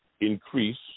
increase